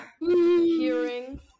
hearing